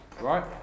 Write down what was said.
right